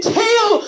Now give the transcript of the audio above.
tell